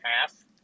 half